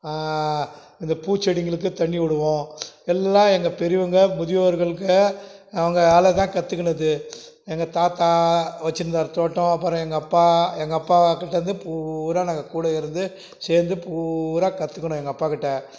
இந்த பூச்செடிங்களுக்கு தண்ணி விடுவோம் எல்லாம் எங்கள் பெரியவங்க முதியோர்களுக்கு அவங்களால தான் கற்றுக்கின்னது எங்கள் தாத்தா வச்சுருந்தாரு தோட்டம் அப்புறம் எங்க அப்பா எங்கள் அப்பா கிட்டேருந்து பூரா நாங்கள் கூடவே இருந்து சேர்ந்து பூரா கற்றுக்கினோம் எங்கள் அப்பாக்கிட்ட